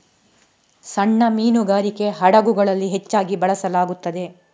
ಸಣ್ಣ ಮೀನುಗಾರಿಕೆ ಹಡಗುಗಳಲ್ಲಿ ಹೆಚ್ಚಾಗಿ ಬಳಸಲಾಗುತ್ತದೆ